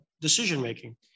decision-making